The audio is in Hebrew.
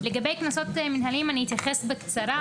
לגבי קנסות מנהליים, אני אתייחס בקצרה.